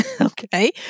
Okay